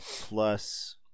Plus